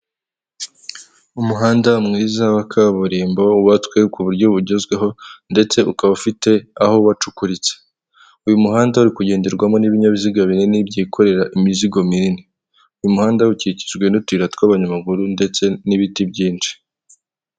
Umuhanda mwiza wa kaburimbo, wubatswe ku buryo bugezweho, ndetse ukaba ufite aho wacukuritse. Uyu muhanda uri kugenderwamo n'ibinyabiziga binini, byikorera imizigo minini. Uyu muhanda ukikijwe n'utuyira tw'abanyamaguru, ndetse n'ibiti byinshi.